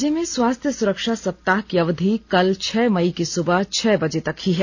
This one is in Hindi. राज्य में स्वास्थ्य सुरक्षा सप्ताह की अवधि कल छह मई की सुबह छह बजे तक ही है